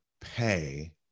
pay